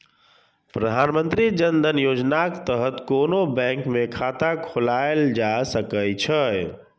प्रधानमंत्री जन धन योजनाक तहत कोनो बैंक मे खाता खोलाएल जा सकै छै